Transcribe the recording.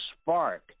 spark